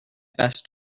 best